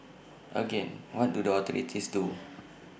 again what do the authorities do